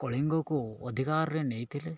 କଳିଙ୍ଗକୁ ଅଧିକାରରେ ନେଇଥିଲେ